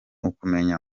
ukumenya